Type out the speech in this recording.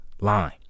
line